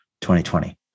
2020